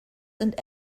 and